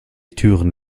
türen